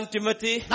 Timothy